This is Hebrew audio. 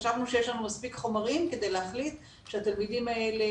חשבנו שיש לנו מספיק חומרים כדי להחליט שהתלמידים האלה